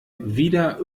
wieder